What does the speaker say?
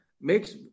Makes